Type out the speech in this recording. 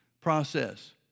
process